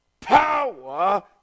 power